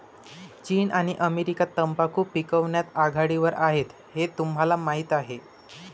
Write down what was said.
चीन आणि अमेरिका तंबाखू पिकवण्यात आघाडीवर आहेत हे तुम्हाला माहीत आहे